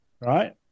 Right